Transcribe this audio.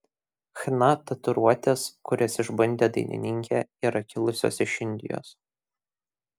chna tatuiruotės kurias išbandė dainininkė yra kilusios iš indijos